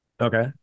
Okay